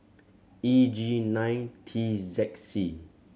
E G nine T Z C